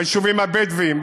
ביישובים הבדואיים,